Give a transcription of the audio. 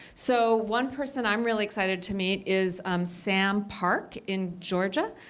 so one person i'm really excited to meet is um sam park in georgia.